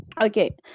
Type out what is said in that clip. Okay